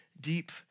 deep